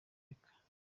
areka